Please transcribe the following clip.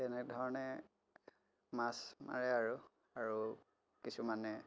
তেনেধৰণে মাছ মাৰে আৰু আৰু কিছুমানে